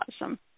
awesome